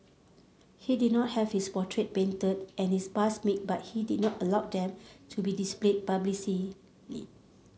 he did not have his portrait painted and his bust made but he did not allow them to be displayed publicly